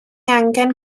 angen